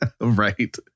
Right